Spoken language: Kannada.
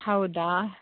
ಹೌದಾ